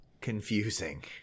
confusing